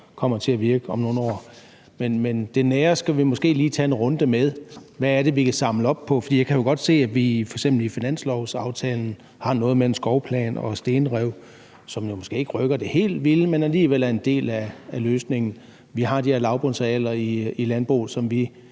kommer til at virke om nogle år, men det nære skal vi måske lige tage en runde med. Hvad er det, vi kan samle op på? For jeg kan godt se, at vi f.eks. i finanslovsaftalen har noget med en skovplan og stenrev, som måske ikke rykker det helt vilde, men alligevel er en del af løsningen. Vi har de her lavbundsarealer i landbruget,